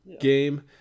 game